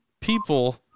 people